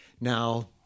Now